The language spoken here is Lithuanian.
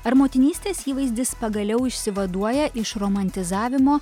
ar motinystės įvaizdis pagaliau išsivaduoja iš romantizavimo